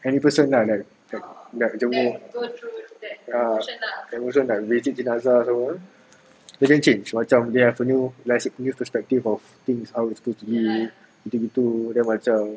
any person lah like like that jenguk ya emotions ah like also like visit jenazah also also change macam they have a new perspective of things how it's supposed to be gitu-gitu then macam